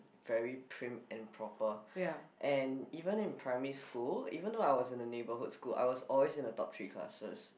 very prim and proper and even in primary school even though I was in a neighbourhood school I was always in the top three classes